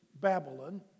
Babylon